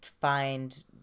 find